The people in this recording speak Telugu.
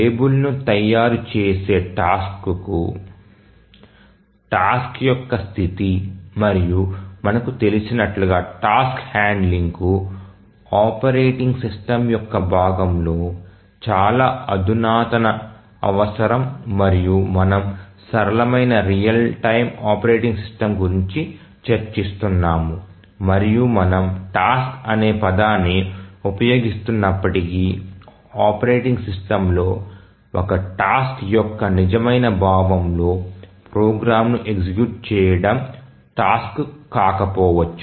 టేబుల్ ను తయారు చేసే టాస్క్ కు టాస్క్ యొక్క స్థితి మరియు మనకు తెలిసినట్లుగా టాస్క్ హ్యాండ్లింగ్ కు ఆపరేటింగ్ సిస్టమ్ యొక్క భాగంలో చాలా అధునాతనత అవసరం మరియు మనము సరళమైన రియల్ టైమ్ ఆపరేటింగ్ సిస్టమ్ గురించి చర్చిస్తున్నాము మరియు మనము టాస్క్ అనే పదాన్ని ఉపయోగిస్తున్నప్పటికీ ఆపరేటింగ్ సిస్టమ్లో ఒక టాస్క్ యొక్క నిజమైన భావంలో ప్రోగ్రామ్ను ఎగ్జిక్యూట్ చేయడం టాస్క్ కాకపోవచ్చు